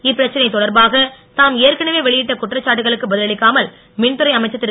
இப்பிரச்சனை தொடர்பாக தாம் ஏற்கனவே வெளியிட்ட குற்றச்சாட்டுகளுக்கு பதிலளிக்காமல் மின்துறை அமைச்சர் திரு